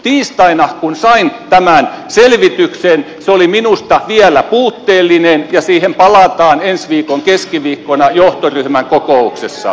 tiistaina kun sain tämän selvityksen se oli minusta vielä puutteellinen ja siihen palataan ensi viikon keskiviikkona johtoryhmän kokouksessa